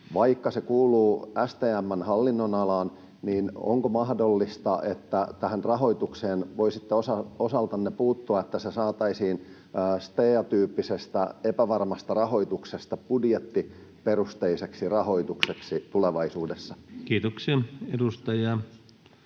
Vaikka se kuuluu STM:n hallinnonalaan, niin onko mahdollista, että voisitte osaltanne puuttua tähän rahoitukseen, niin että se saataisiin STEA-tyyppisestä, epävarmasta rahoituksesta budjettiperusteiseksi rahoitukseksi